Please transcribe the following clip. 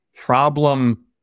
problem